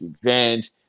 event